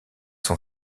son